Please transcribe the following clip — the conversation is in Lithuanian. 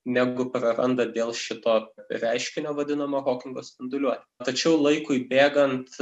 negu praranda dėl šito reiškinio vadinamo hokingo spinduliuote tačiau laikui bėgant